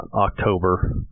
October